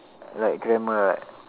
like grammar right